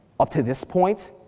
up to this point,